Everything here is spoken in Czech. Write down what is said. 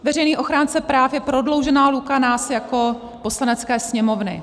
Veřejný ochránce práv je prodloužená ruka nás jako Poslanecké sněmovny.